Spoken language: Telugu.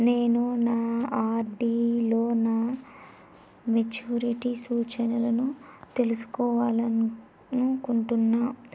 నేను నా ఆర్.డి లో నా మెచ్యూరిటీ సూచనలను తెలుసుకోవాలనుకుంటున్నా